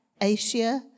Asia